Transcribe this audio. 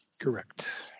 Correct